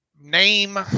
name